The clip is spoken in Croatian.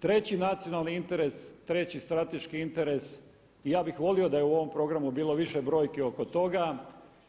Treći nacionalni interes, treći strateški interes i ja bih volio da je u ovom programu bilo više brojki oko toga,